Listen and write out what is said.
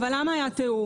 אבל למה היה תיאום?